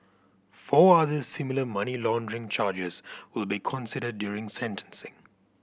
four other similar money laundering charges will be considered during sentencing